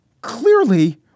Clearly